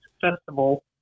Festival